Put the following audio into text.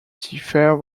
fair